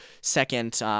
Second